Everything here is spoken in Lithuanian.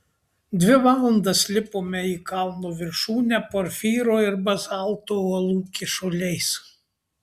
dvi valandas lipome į kalno viršūnę porfyro ir bazalto uolų kyšuliais